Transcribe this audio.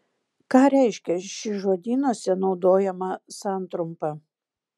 ką reiškia ši žodynuose naudojama santrumpa